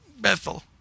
Bethel